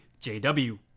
JW